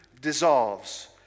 dissolves